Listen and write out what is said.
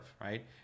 right